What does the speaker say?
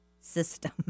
System